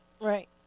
Right